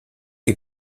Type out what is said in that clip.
est